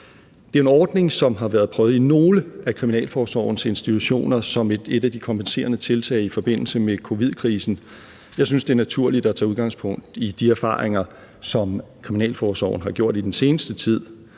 Det er en ordning, som har været prøvet i nogle af kriminalforsorgens institutioner som et af de kompenserende tiltag i forbindelse med covid-19-krisen. Jeg synes, det er naturligt at tage udgangspunkt i de erfaringer, som kriminalforsorgen har gjort i den seneste tid.